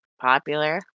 popular